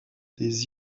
des